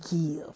give